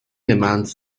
demands